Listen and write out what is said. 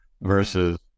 versus